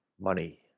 money